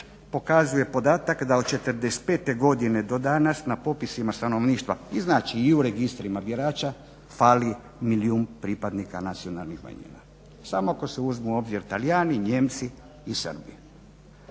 pokazuje podatak da od '45. godine do danas na popisima stanovništva, znači i u registrima birača fali milijun pripadnika nacionalnih manjina, samo ako se uzmu u obzir Talijani, Nijemci i Srbi.